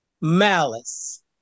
malice